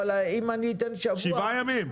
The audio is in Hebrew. אבל אם אני אתן שבוע --- שבעה ימים.